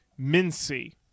Mincy